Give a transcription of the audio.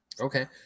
Okay